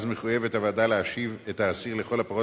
שאז מחויבת הוועדה להשיב את האסיר לכל הפחות